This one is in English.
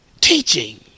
Teaching